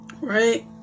Right